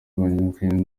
bahangayikishijwe